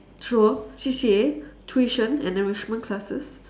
sure C_C_A tuition and enrichment classes